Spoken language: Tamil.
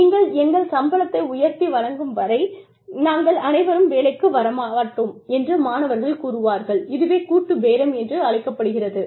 நீங்கள் எங்கள் சம்பளத்தை உயர்த்தி வழங்கும் வரை நாங்கள் அனைவரும் வேலைக்கு வர மாட்டோம் என்று மாணவர்கள் கூறுவார்கள் இதுவே கூட்டுப் பேரம் என்று அழைக்கப்படுகிறது